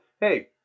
hey